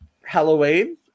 Halloween